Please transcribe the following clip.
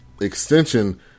extension